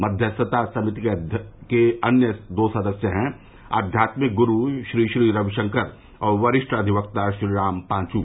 मध्यस्थता समिति के अन्य दो सदस्य हैं आध्यात्मिक गुरू श्री श्री रविशंकर और वरिष्ठ अधिवक्ता श्रीराम पांच्